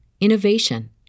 innovation